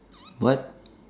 what